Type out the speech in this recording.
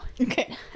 Okay